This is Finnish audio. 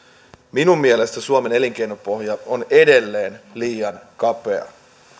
minun mielestäni suomen elinkeinopohja on edelleen liian kapea